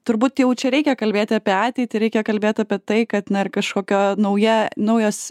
turbūt jau čia reikia kalbėti apie ateitį reikia kalbėt apie tai kad na ar kažkokio nauja naujos